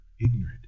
ignorant